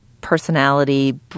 personality